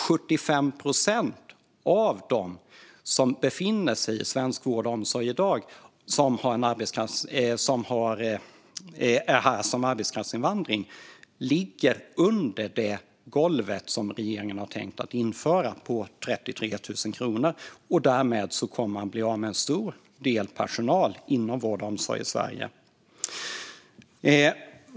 75 procent av dem som är arbetskraftsinvandrare i svensk vård och omsorg i dag ligger under det golv som regeringen har tänkt att införa på 33 000 kronor, och det gör att man blir av med en stor del av personalen inom vård och omsorg i Sverige.